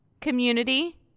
Community